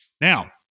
Now